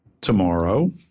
tomorrow